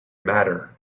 matter